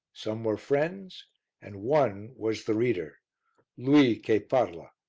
some were friends and one was the reader lui che parla.